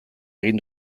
egin